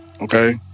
Okay